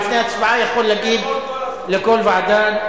לפני הצבעה יכול להגיד לכל ועדה.